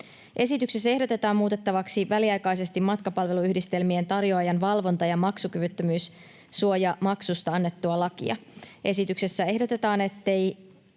Esityksessä ehdotetaan muutettavaksi väliaikaisesti matkapalveluyhdistelmien tarjoajan valvonta- ja maksukyvyttömyyssuojamaksusta annettua lakia. Esityksessä ehdotetaan,